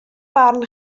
barn